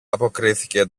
αποκρίθηκε